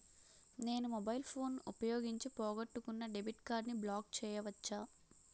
నేను mobile phone ఉపయోగించి పోగొట్టుకున్న డెబిట్ కార్డ్ని బ్లాక్ చేయవచ్చా?